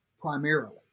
primarily